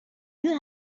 you